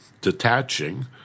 detaching